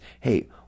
hey